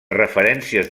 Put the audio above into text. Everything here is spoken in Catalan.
referències